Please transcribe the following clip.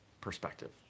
perspective